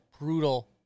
brutal